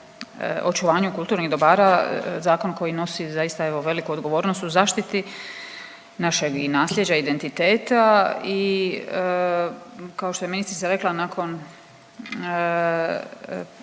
očuvanju kulturnih dobara, zakon koji nosi zaista evo veliku odgovornost u zaštiti našeg i nasljeđa, identiteta i kao što je ministrica rekla nakon,